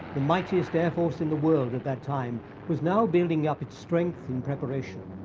mightiest air force in the world at that time was now building up its strength in preparation.